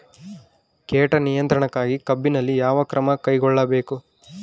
ಕೇಟ ನಿಯಂತ್ರಣಕ್ಕಾಗಿ ಕಬ್ಬಿನಲ್ಲಿ ಯಾವ ಕ್ರಮ ಕೈಗೊಳ್ಳಬೇಕು?